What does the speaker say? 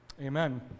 Amen